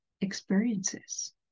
experiences